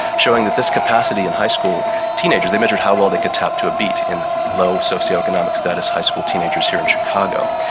showing that this capacity in high school teenagers, they measured how well they could tap to a beat in low socio-economic status high school teenagers here in chicago.